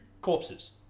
corpses